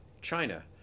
China